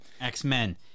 x-men